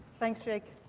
thanks, jake.